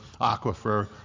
aquifer